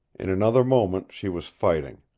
in another moment she was fighting,